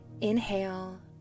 inhale